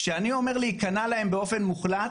כשאני אומר להיכנע להם באופן מוחלט,